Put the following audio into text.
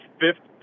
fifth